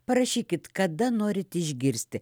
parašykit kada norit išgirsti